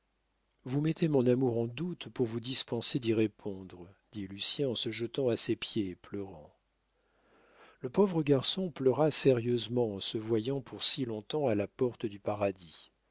vous mettez mon amour en doute pour vous dispenser d'y répondre dit lucien en se jetant à ses pieds et pleurant le pauvre garçon pleura sérieusement en se voyant pour si longtemps à la porte du paradis